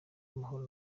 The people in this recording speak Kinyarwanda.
amahoro